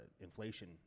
inflation